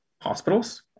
hospitals